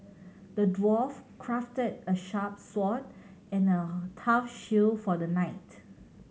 the dwarf crafted a sharp sword and a tough shield for the knight